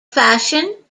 fashion